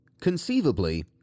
Conceivably